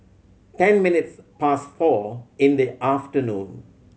ten minutes past four in the afternoon